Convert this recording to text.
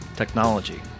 technology